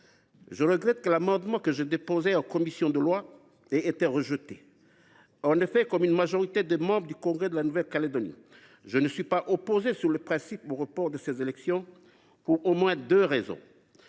à ce titre que l’amendement que j’ai déposé en commission des lois ait été rejeté. En effet, comme une majorité des membres du congrès de la Nouvelle Calédonie, je ne suis pas opposé par principe au report de ces élections, et cela pour au moins deux raisons